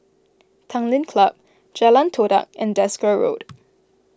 Tanglin Club Jalan Todak and Desker Road